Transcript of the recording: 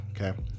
okay